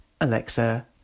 Alexa